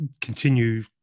continue